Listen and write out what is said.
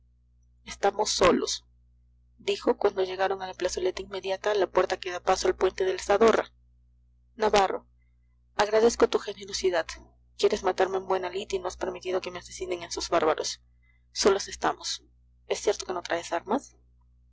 estamos solos dijo cuando llegaron a la plazoleta inmediata a la puerta que da paso al puente del zadorra navarro agradezco tu generosidad quieres matarme en buena lid y no has permitido que me asesinen esos bárbaros solos estamos es cierto que no traes armas